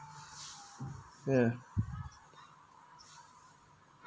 ya